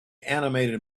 animated